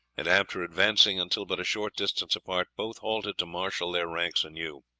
and after advancing until but a short distance apart both halted to marshal their ranks anew.